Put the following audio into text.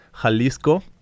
Jalisco